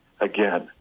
again